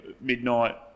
midnight